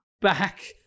back